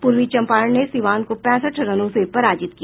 पूर्वी पंचारण ने सिवान को पैंसठ रनों से पराजित किया